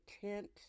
tent